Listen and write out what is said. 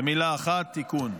במילה אחת, תיקון.